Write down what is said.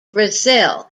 brazil